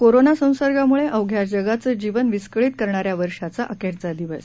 corona संसर्गामुळे अवघ्या जगाचं जीवन विस्कळीत करणाऱ्या वर्षाचा अखेरचा दिवस